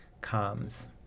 comes